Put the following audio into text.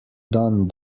done